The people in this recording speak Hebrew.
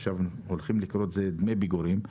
עכשיו הולכים לקרוא לזה דמי פיגורים.